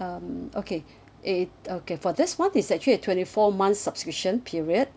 um okay it okay for this one is actually a twenty four months subscription period